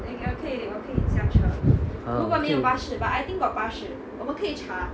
!huh! 可以